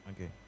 Okay